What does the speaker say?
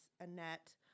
Annette